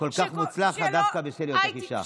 כל כך מוצלחת דווקא בשל היותך אישה.